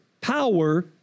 power